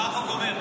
מה החוק אומר?